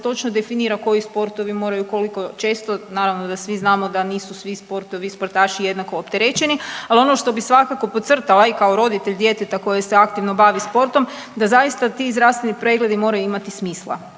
točno definira koji sportovi moraju koliko često, naravno da svi znamo da nisu svi sportovi i sportaši jednako opterećeni, ali ono što bih svakako podcrtala i kao roditelj djeteta koje se aktivno bavi sportom, da zaista ti zdravstveni pregledi moraju imati smisla.